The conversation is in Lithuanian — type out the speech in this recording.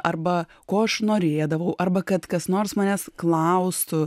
arba ko aš norėdavau arba kad kas nors manęs klaustų